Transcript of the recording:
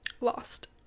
lost